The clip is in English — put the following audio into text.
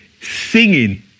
singing